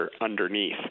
underneath